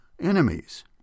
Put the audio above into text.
enemies